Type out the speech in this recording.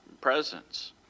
presence